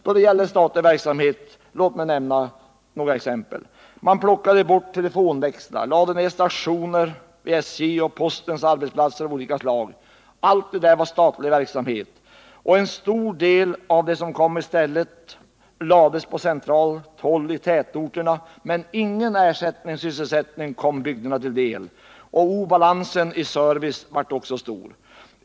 Då det gäller statlig verksamhet kan jag nämna några exempel. Man plockade bort telefonväxlar, lade ned stationer vid SJ och postens arbetsplatser av olika slag. Allt det var statlig verksamhet, och en stor del av det som kom i stället förlades centralt i tätorterna. Men ingen ersättningssysselsättning kom bygderna till del, och obalansen i service blev också stor.